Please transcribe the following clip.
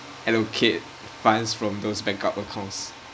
allocate funds from those backup accounts